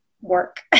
work